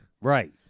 Right